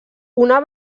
una